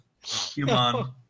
Human